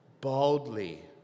boldly